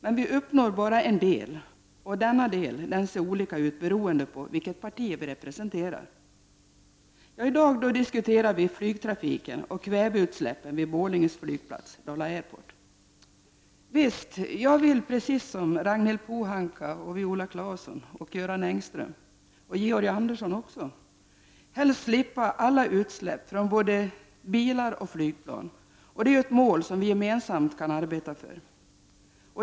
Men vi uppnår bara en del, och denna del ser olika ut beroende på vilket parti vi representerar. I dag diskuterar vi flygtrafiken och kväveutsläppen vid Borlänges flygplats, Dala Airport. Visst skulle jag, precis som Ragnhild Pohanka, Viola Claesson, Göran Engström och Georg Andersson har gett uttryck för, helst vilja slippa alla utsläpp från både bilar coh flygplan. Det är ju ett mål som vi gemensamt kan arbeta för.